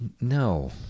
No